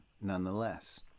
nonetheless